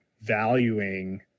valuing